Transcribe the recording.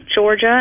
Georgia